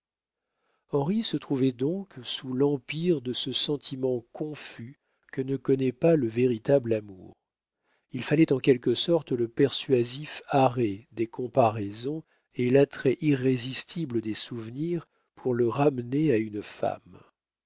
henri se trouvait donc sous l'empire de ce sentiment confus que ne connaît pas le véritable amour il fallait en quelque sorte le persuasif arrêt des comparaisons et l'attrait irrésistible des souvenirs pour le ramener à une femme